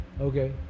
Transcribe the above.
Okay